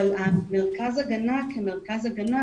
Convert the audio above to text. אבל מרכז הגנה כמרכז הגנה,